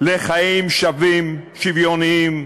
לחיים שווים, שוויוניים,